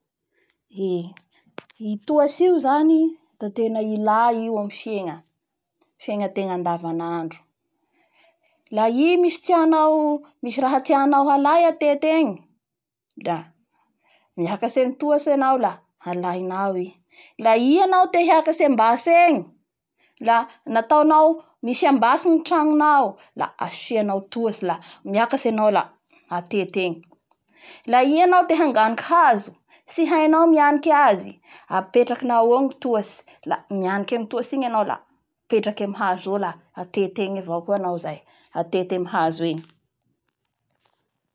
Eee i tohatsy io zany da tena ila io amin'ny fiegna fiegnategna andavanandro la i misy rah tianao halay atety egny la miakatsy amin'ny toatsy enao la alaianao i, la i enao te hiakatsy ambatsy egny, la nataonao nisy ambatsy ny tragnonao da asianao tohatsy la miakatsy enao la atety egny la i enao te hanganiky hazo tsy hainao mianiky azy apetrakinao eo ny tohatsy la mianiky amin'ny tohatsy igny hanao la apetraky amin'ny hazo eo la atety egny avao koa anao zay, atety amin'ny hazo egny.